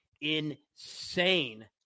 insane